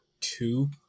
two